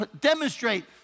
demonstrate